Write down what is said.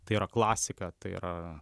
tai yra klasika tai yra